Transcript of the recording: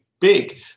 big